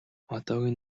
одоогийн